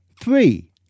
Three